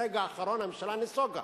ברגע האחרון הממשלה נסוגה.